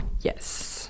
Yes